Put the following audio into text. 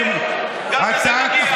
הפשיעה,